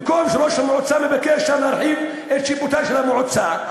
במקום שראש המועצה מבקש להרחיב את שטח שיפוטה של המועצה,